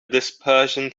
dispersion